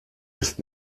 ist